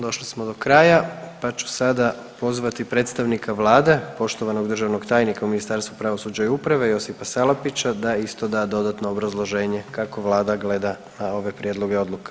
Došli smo do kraja pa ću sada pozvati predstavnika Vlade, poštovanog državnog tajnika u Ministarstvo pravosuđa i uprave, Josipa Salapića da isto da dodatno obrazloženje kako Vlada gleda na ove prijedloge odluka.